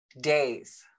days